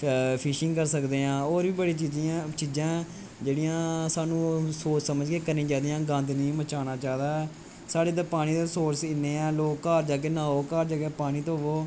fishing करी सकदेआं होर बी बड़ियां चीजां जेह्ड़ियां साह्नू सोच समझ केह् करनियां चाहिदि यां गंद नीं मचाना चाहिदा साढ़े इधर पानी दे सोरस इ'न्ने ऐ लोक घार जाके नहाओ घार जाके धोवो